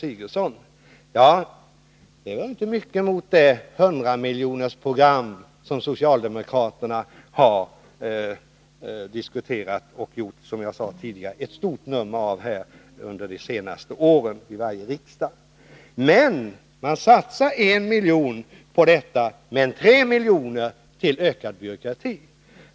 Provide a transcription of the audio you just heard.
Men det är ju inte mycket jämfört med det hundramiljonersprogram som socialdemokraterna — som jag tidigare framhöll — vid varje riksdag gjort ett stort nummer av under de senaste åren. Socialdemokraterna satsar alltså 1 miljon på detta, men 3 miljoner på ökad byråkrati.